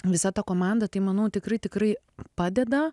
visa ta komanda tai manau tikrai tikrai padeda